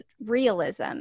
realism